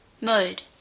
Mode